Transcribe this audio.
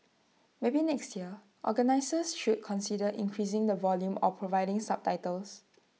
maybe next year organisers should consider increasing the volume or providing subtitles